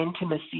intimacy